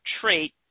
trait